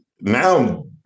now